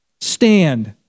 Stand